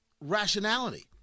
rationality